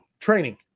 Training